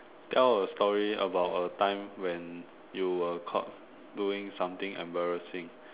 tell a story about a time when your were caught doing something embarrassing